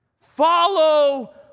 Follow